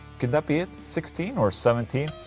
could that be? sixteen or seventeen?